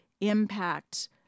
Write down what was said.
impact